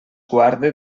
guarde